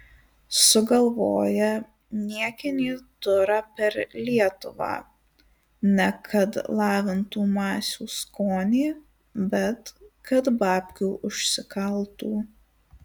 sugalvoja niekinį turą per lietuvą ne kad lavintų masių skonį bet kad babkių užsikaltų